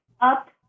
up